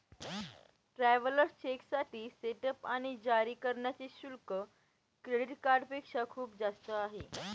travellers चेकसाठी setup आणि जारी करण्याचे शुल्क क्रेडिट कार्डपेक्षा खूप जास्त आहे